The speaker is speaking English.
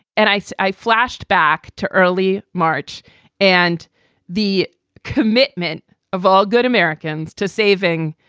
and i, so i flashed back to early march and the commitment of all good americans to saving.